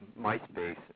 MySpace